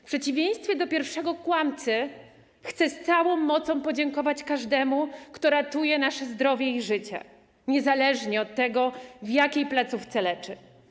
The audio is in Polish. W przeciwieństwie do pierwszego kłamcy chcę z całą mocą podziękować każdemu, kto ratuje nasze zdrowie i życie, niezależnie od tego, w jakiej placówce leczy.